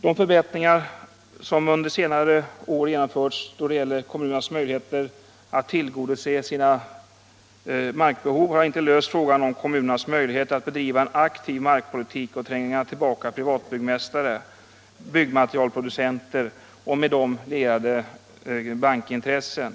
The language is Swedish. De förbättringar som under senare år genomförts då det gäller kommunernas möjligheter att tillgodose sina markbehov har inte löst frågan om kommunernas möjligheter att bedriva en aktiv markpolitik och tränga tillbaka privatbyggmästare, byggmaterialproducenter och med dem lierade bankintressen.